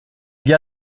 gli